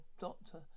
doctor